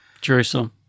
Jerusalem